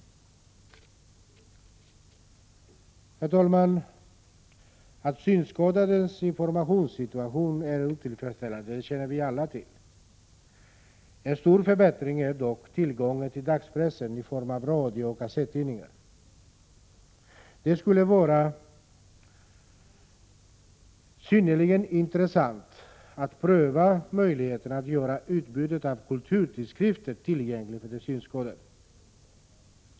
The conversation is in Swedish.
Herr talman! Att synskadades informationssituation är otillfredsställande känner vi alla till. En stor förbättring är dock tillgången till dagspressen i form av radiooch kassettidningar. Det skulle vara synnerligen intressant att pröva möjligheten att göra utbudet av kulturtidskrifter tillgängligt för synskadade.